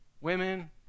Women